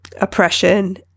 oppression